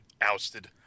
ousted